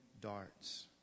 darts